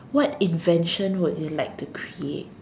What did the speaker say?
what invention would you like to create